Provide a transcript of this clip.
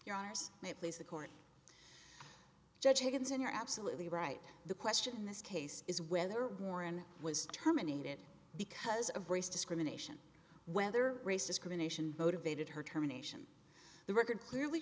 your honour's place the court judge higginson you're absolutely right the question in this case is whether warren was terminated because of race discrimination whether race discrimination motivated her terminations the record clearly